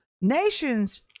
nations